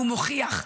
והוא מוכיח,